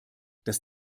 das